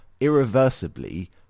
irreversibly